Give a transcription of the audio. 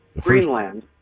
Greenland